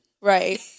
Right